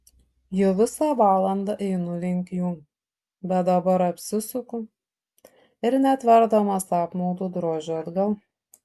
jau visą valandą einu link jų bet dabar apsisuku ir netverdamas apmaudu drožiu atgal